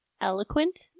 eloquent